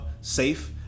safe